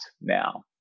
now